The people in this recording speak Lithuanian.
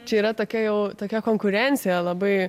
čia yra tokia jau tokia konkurencija labai